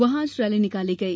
वहां आज रैली निकाली गई